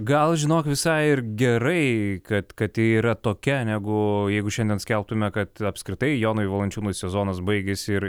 gal žinok visai ir gerai kad kad ji yra tokia negu jeigu šiandien skelbtume kad apskritai jonui valančiūnui sezonas baigėsi ir